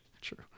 True